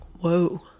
Whoa